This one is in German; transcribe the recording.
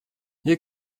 hier